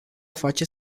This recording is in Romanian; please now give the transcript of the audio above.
face